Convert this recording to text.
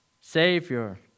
Savior